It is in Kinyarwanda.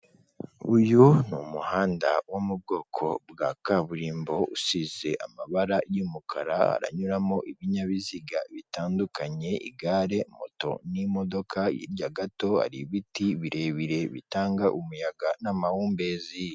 Uyu ni umuhanda wo mu bwoko bwa kaburimbo usize amabara y'umukara uranyuramo ibinyabiziga bitandukanye igare, moto n'imodoka hirya gato hari ibiti birebire bitanga umuyaga n'amahumbezi.